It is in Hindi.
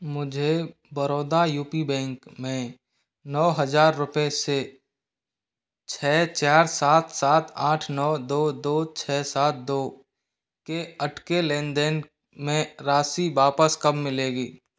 मुझे बड़ौदा यू पी बैंक में नौ हजार रुपये से छः चार सात सात आठ नौ दो दो छः सात दो के अटके लेनदेन में राशि वापस कब मिलेगी